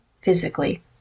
physically